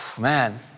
Man